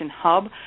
hub